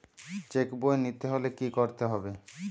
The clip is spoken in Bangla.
চেক বই নিতে হলে কি করতে হবে?